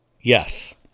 yes